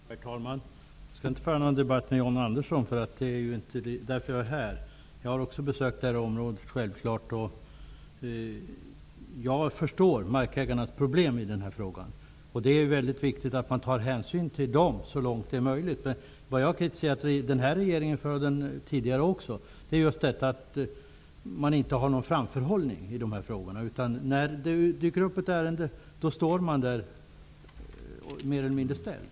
Herr talman! Jag skall inte föra någon debatt med John Andersson. Det är inte därför jag är här. Också jag har besökt detta område, och jag förstår markägarnas problem i denna fråga. Det är mycket viktigt att man tar hänsyn till dem så långt det är möjligt. Det jag har kritiserat den nuvarande och även den tidigare regeringen för är att man inte har någon framförhållning i dessa frågor. När det dyker upp ett ärende är man mer eller mindre ställd.